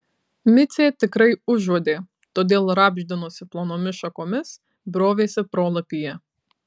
micė tikrai užuodė todėl rabždinosi plonomis šakomis brovėsi pro lapiją